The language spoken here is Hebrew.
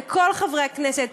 לכל חברי הכנסת,